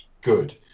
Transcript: good